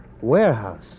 Warehouse